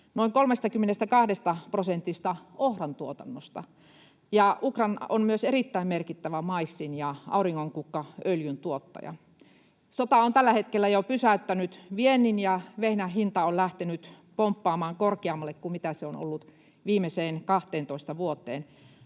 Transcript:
noin 32 prosentista ohrantuotannosta, ja Ukraina on myös erittäin merkittävä maissin ja auringonkukkaöljyn tuottaja. Sota on tällä hetkellä jo pysäyttänyt viennin, ja vehnän hinta on lähtenyt pomppaamaan korkeammalle kuin mitä se on ollut viimeiseen 12 vuoteen,